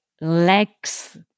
legs